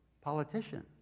politician